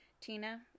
Tina